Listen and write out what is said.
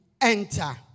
enter